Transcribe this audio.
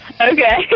Okay